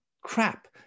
crap